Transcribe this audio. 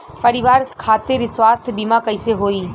परिवार खातिर स्वास्थ्य बीमा कैसे होई?